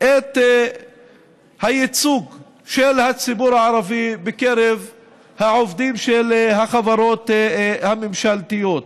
את הייצוג של הציבור הערבי בקרב העובדים של החברות הממשלתיות.